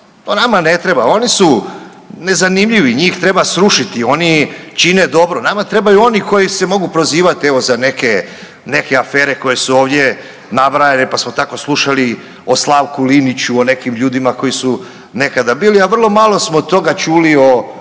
nama ne treba, oni su nezanimljivi, njih treba srušiti, oni čine dobro, nama trebaju oni koji se mogu prozivati evo za neke, neke afere koje su ovdje nabrajane, pa smo tako slušali o Slavku Liniću, o nekim ljudima koji su nekada bili, a vrlo malo smo toga čuli o čovjeku